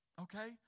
Okay